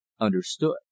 understood